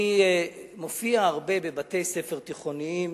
אני מופיע הרבה בבתי-ספר תיכוניים